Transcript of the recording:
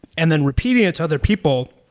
and then repeating it to other people,